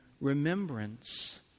remembrance